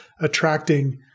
attracting